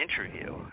interview